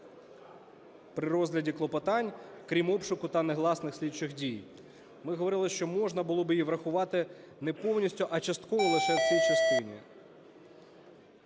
При розгляді клопотань, крім обшуку та негласних слідчих дій. Ми говорили, що можна було би її врахувати не повністю, а частково лише в цій частині.